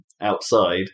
outside